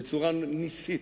בצורה נסית,